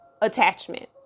attachment